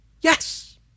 Yes